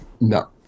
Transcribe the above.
No